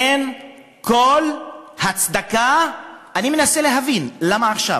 אין כל הצדקה, אני מנסה להבין למה עכשיו,